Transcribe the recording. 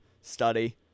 study